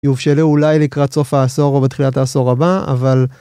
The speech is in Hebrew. יאופשרו אולי לקראת סוף העשור או בתחילת העשור הבא, אבל...